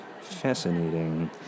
Fascinating